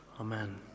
Amen